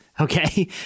okay